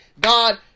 God